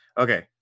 okay